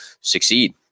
succeed